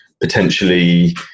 potentially